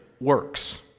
works